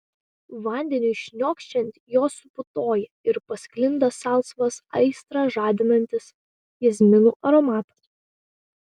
vandeniui šniokščiant jos suputoja ir pasklinda salsvas aistrą žadinantis jazminų aromatas